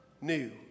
new